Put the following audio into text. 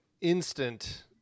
instant